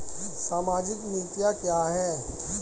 सामाजिक नीतियाँ क्या हैं?